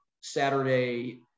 Saturday